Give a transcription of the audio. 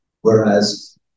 Whereas